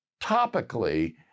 topically